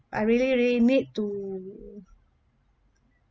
I really really need to